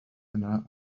yna